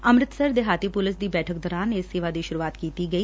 ਅੰਮ੍ਤਿਤਸਰ ਦੇਹਾਤੀ ਪੁਲਿਸ ਦੀ ਬੈਠਕ ਦੌਰਾਨ ਇਸ ਸੇਵਾ ਦੀ ਸੁਰੁਆਤ ਕੀਤੀ ਗਈ